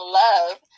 love